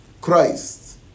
Christ